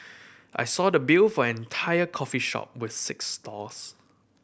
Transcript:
I saw the bill for an entire coffee shop with six stalls